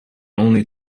only